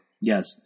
Yes